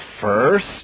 first